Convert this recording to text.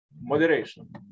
Moderation